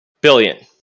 billion